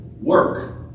work